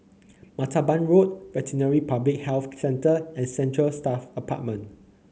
Martaban Road Veterinary Public Health Centre and Central Staff Apartment